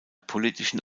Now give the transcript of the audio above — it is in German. politischen